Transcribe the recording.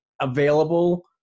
available